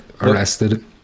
arrested